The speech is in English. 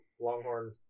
longhorn